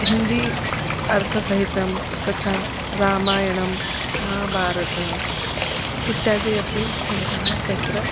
हिन्दी अर्थसहितं तथा रामायणं महाभारतम् इत्यादयः अपि ग्रन्थाः तत्र